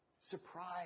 surprise